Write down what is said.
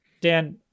Dan